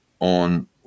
on